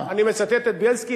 אני מצטט את בילסקי,